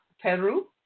Peru